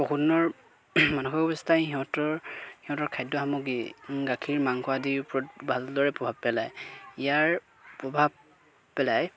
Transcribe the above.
পশুধনৰ মানসিক অৱস্থাই সিহঁতৰ সিহঁতৰ খাদ্য সামগ্ৰী গাখীৰ মাংস আদিৰ ওপৰত ভালদৰে প্ৰভাৱ পেলায় ইয়াৰ প্ৰভাৱ পেলায়